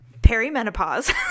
Perimenopause